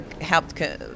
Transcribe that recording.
helped